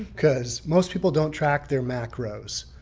because most people don't track their macros.